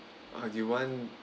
uh you want